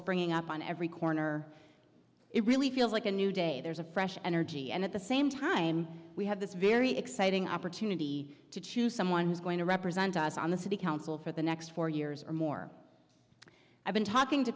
springing up on every corner it really feels like a new day there's a fresh energy and at the same time we have this very exciting opportunity to choose someone who's going to represent us on the city council for the next four years or more i've been talking to